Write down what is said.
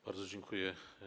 Bardzo dziękuję.